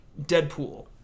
Deadpool